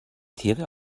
tiere